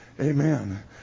amen